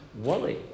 Wally